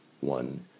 One